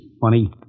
funny